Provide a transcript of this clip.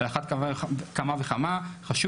על אחת כמה וכמה חשוב